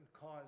cause